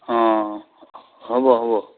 অঁ হ'ব হ'ব